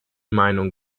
meinung